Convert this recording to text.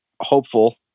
hopeful